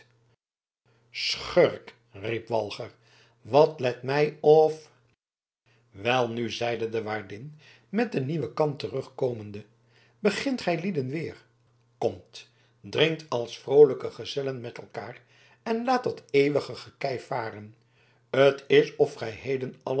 schurk riep walger wat let mij of welnu zeide de waardin met een nieuwe kan terugkomende begint gijlieden weer komt drinkt als vroolijke gezellen met elkaar en laat dat eeuwige gekijf varen t is of gij heden